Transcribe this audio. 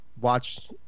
watch